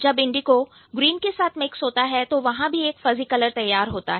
जब indigo green के साथ मिक्स होता है तो वहां भी एक fuzzy कलर तैयार होता है